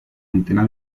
antena